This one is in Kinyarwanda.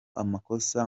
amakosa